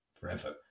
forever